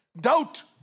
Doubt